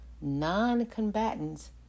non-combatants